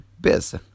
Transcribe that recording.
Biz